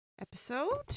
episode